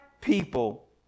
people